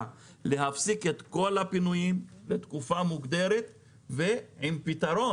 להפסיק את כל הפינויים לתקופה מוגדרת ועם פתרון